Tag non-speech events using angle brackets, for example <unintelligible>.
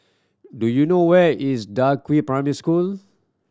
do you know where is Da <unintelligible> Primary School